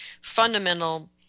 fundamental